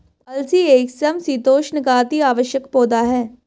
अलसी एक समशीतोष्ण का अति आवश्यक पौधा है